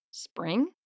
Spring